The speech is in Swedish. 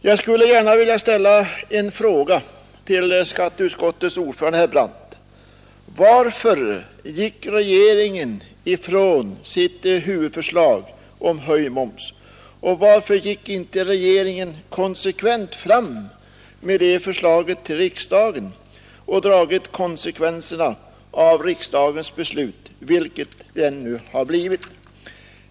Jag skulle gärna vilja ställa en fråga till skatteutskottets ordförande herr Brandt: Varför gick regeringen ifrån sitt huvudförslag om höjd moms, och varför gick inte regeringen konsekvent fram med det förslaget till riksdagen och drog konsekvenserna av riksdagens beslut, vilket det än hade blivit?